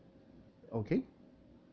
okay